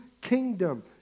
kingdom